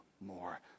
more